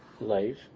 life